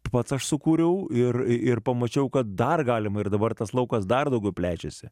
pats aš sukūriau ir pamačiau kad dar galima ir dabar tas laukas dar daugiau plečiasi